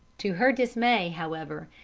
to her dismay, however,